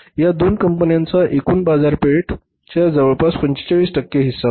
या दोन कंपन्यांच्या एकूण बाजारपेठेच्या जवळपास 45 टक्के हिस्सा होता